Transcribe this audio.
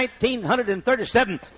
1937